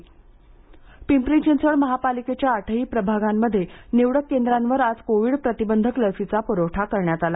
लसीकरण पिंपरी चिंचवड पालिकेच्या आठही प्रभागांमध्ये निवडक केंद्रावर आज कोविड प्रतिबंधक लसीचा प्रवठा करण्यात आला